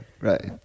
right